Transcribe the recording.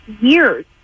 years